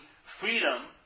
freedom